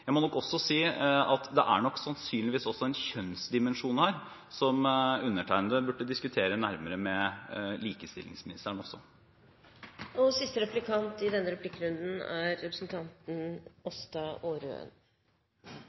Jeg må nok si at det sannsynligvis også er en kjønnsdimensjon her som undertegnede burde diskutere nærmere med likestillingsministeren også. Statsråden har over lang tid vist engasjement for barn i en utsatt situasjon. Det kan stille nye og